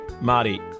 Marty